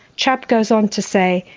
chubb goes on to say,